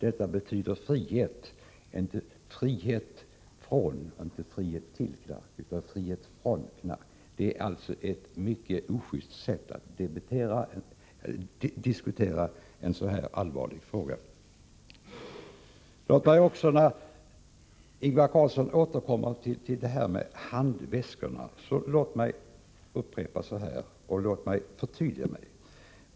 Det betyder frihet — inte frihet till knark utan frihet från knark. Ingvar Carlssons sätt att diskutera en sådan här allvarlig fråga är alltså mycket ojust. Ingvar Carlsson återkommer till frågan om handväskorna. Låt mig förtydliga vad jag sade förut.